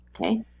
Okay